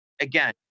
again